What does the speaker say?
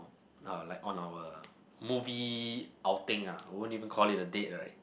uh like on our movie outing ah I won't even call it a date right